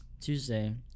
Tuesday